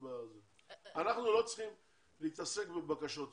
אנחנו לא צריכים להתעסק בבקשות יותר.